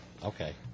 Okay